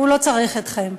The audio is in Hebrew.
הוא לא צריך אתכם,